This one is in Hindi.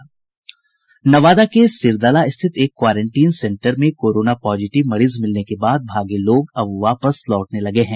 नवादा के सिरदला स्थित एक क्वारेंटीन सेन्टर में कोरोना पॉजिटिव मरीज मिलने के बाद भागे लोग अब वापस लौटने लगे हैं